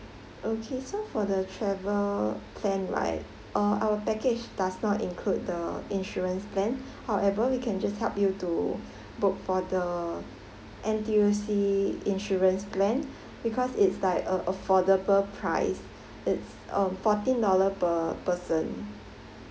okay so for the travel plan right uh our package does not include the insurance plan however we can just help you to book for the N_T_U_C insurance plan because it's like a affordable price it's uh fourteen dollar per person